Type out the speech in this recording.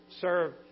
serve